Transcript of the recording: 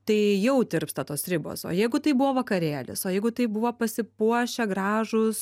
tai jau tirpsta tos ribos o jeigu tai buvo vakarėlis o jeigu tai buvo pasipuošę gražūs